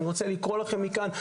אני רוצה לקרוא לכם מכאן,